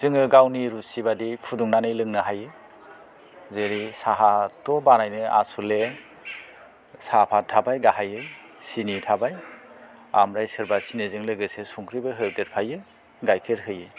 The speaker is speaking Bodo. जोङो गावनि रुसि बायदि फुदुंनानै लोंनो हायो जेरै साहाखौ बानायनो आसले साहा पात थाबाय गाहाइयै सिनि थाबाय आमफ्राय सोरबा सिनिजों लोगोसे संख्रिबो होदेरफायो गाइखेर होयो